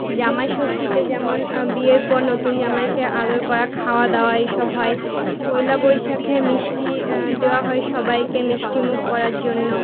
জামাইষষ্ঠীতে যেমন বিয়ের পর নতুন জামাইকে আদর করা খাওয়া দাওয়া এইসব হয় পয়লা বৈশাখে মিষ্টি দেওয়া হয় সবাইকে মিষ্টিমুখ করার জন্য